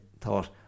thought